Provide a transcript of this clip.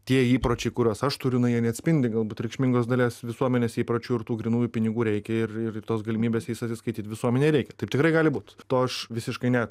tie įpročiai kuriuos aš turiu na jie neatspindi galbūt reikšmingos dalies visuomenės įpročių ir tų grynųjų pinigų reikia ir ir tos galimybės jais atsiskaityti visuomenei reikia taip tikrai gali būt to aš visiškai ne